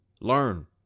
Learn